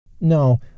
No